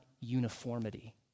uniformity